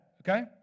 Okay